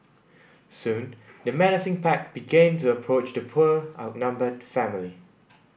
soon the menacing pack began to approach the poor outnumbered family